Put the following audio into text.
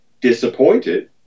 disappointed